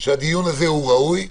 שהדיון הזה הוא ראוי.